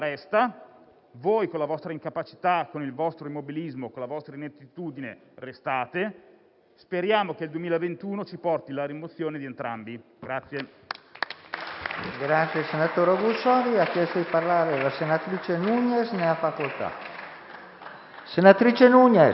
voi con la vostra incapacità, con il vostro immobilismo, con la vostra l'inettitudine, restate. Speriamo che il 2021 ci porti la rimozione di entrambi.